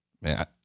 Man